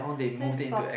since for